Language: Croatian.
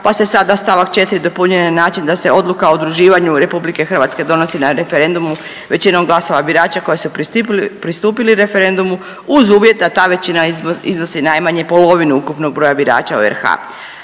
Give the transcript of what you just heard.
pa se sada stavak 4. dopunjuje na način da se Odluka o udruživanju Republike Hrvatske donosi na referendumu većinom glasova birača koji su pristupili referendumu uz uvjet da ta većina iznosi najmanje polovinu ukupnog broja birača u RH.